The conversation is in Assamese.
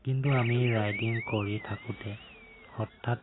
কিন্তু আমি ৰাইডিং কৰি থাকোঁতে হঠাৎ